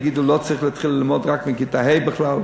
יגידו: לא צריך להתחיל ללמוד, רק מכיתה ה' בכלל.